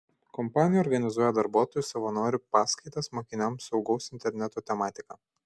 kompanija organizuoja darbuotojų savanorių paskaitas mokiniams saugaus interneto tematika